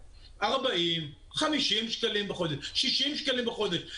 40, 50 שקלים בחודש, 60 שקלים בחודש.